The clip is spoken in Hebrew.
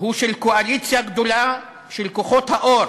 הוא של קואליציה גדולה של כוחות האור,